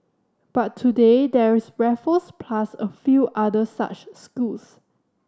but today there is Raffles plus a few other such schools